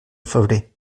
febrer